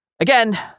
Again